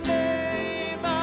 name